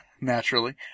naturally